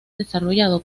desarrollado